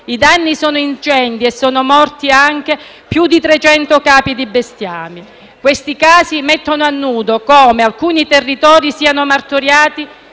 I danni sono ingenti e sono morti anche più di 300 capi di bestiame. Questi casi mettono a nudo come alcuni territori siano martoriati